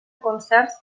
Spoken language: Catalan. concerts